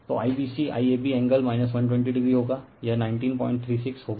तो IBC IAB angle 120o होगायह 1936 होगा